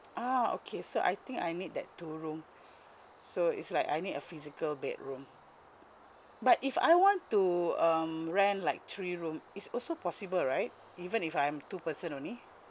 ah okay so I think I need that two room so it's like I need a physical bedroom but if I want to um rent like three room it's also possible right even if I'm two person only